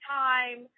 time